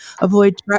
avoid